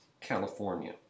California